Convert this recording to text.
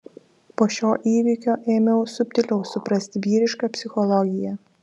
po šio įvykio ėmiau subtiliau suprasti vyrišką psichologiją